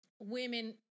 women